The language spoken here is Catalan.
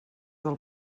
del